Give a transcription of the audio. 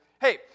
Hey